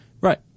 right